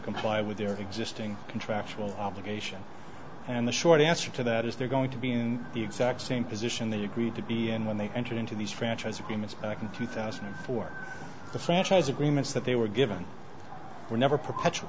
comply with their existing contractual obligations and the short answer to that is they're going to be in the exact same position they agreed to be and when they entered into these franchise agreements back in two thousand and four the franchise agreements that they were given were never p